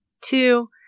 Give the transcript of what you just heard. Two